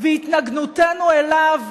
והתנגדותנו אליו